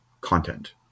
content